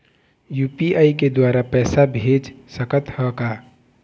UPI के द्वारा पैसा भेज सकत ह का?